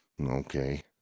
Okay